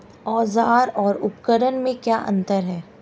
औज़ार और उपकरण में क्या अंतर है?